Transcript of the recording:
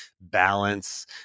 balance